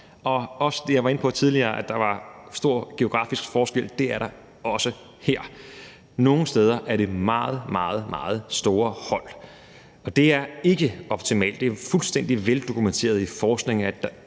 i hold. Jeg var inde på tidligere, at der var stor geografisk forskel. Det er der også her. Nogle steder er det meget, meget store hold, og det er ikke optimalt. Det er fuldstændig veldokumenteret i forskningen,